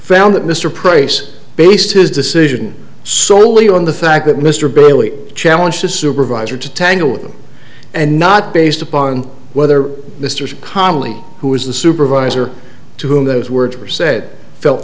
found that mr price based his decision solely on the fact that mr bailey challenge the supervisor to tangle with them and not based upon whether mr connelly who was the supervisor to whom those words were said felt